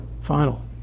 final